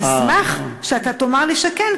אני אשמח אם אתה תאמר לי שכן,